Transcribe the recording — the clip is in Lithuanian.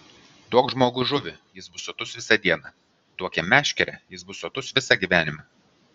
duok žmogui žuvį jis bus sotus visą dieną duok jam meškerę jis bus sotus visą gyvenimą